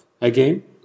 Again